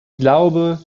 glaube